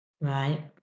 Right